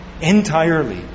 entirely